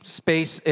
space